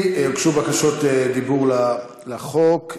הוגשו בקשות דיבור לחוק,